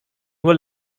nur